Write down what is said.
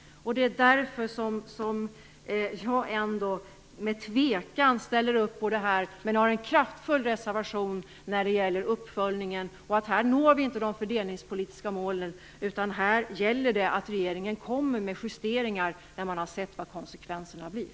Därför ställer jag ändå, med tvekan, upp på det här, men jag vill uttala en kraftfull reservation när det gäller uppföljningen. Här når vi inte de fördelningspolitiska målen. Här gäller det att regeringen kommer med justeringar när man har sett vilka konsekvenserna blir.